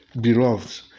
beloved